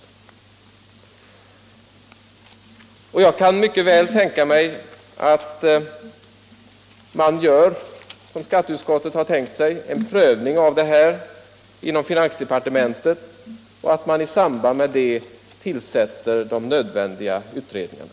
Jag kan mycket väl tänka mig att man — som skatteutskottet antyder — gör en prövning av dessa frågor inom finansdepartementet och i samband med det tillsätter de nödvändiga utredningarna.